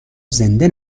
زنده